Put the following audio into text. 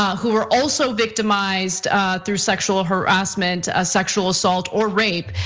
um who were also victimized through sexual harassment, ah sexual assault or rape,